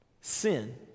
sin